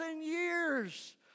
years